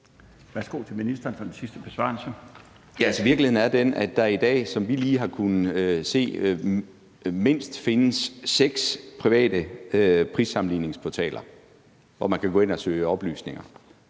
Erhvervsministeren (Morten Bødskov): Virkeligheden er den, at der i dag, som vi lige har kunnet se det, mindst findes seks private prissammenligningsportaler, hvor man kan gå ind og søge oplysninger